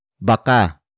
Baka